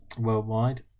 worldwide